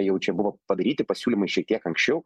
jau čia buvo padaryti pasiūlymai šiek tiek anksčiau